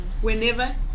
whenever